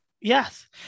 Yes